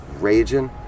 raging